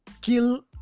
Kill